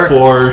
Four